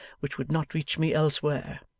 which would not reach me elsewhere.